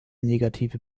negative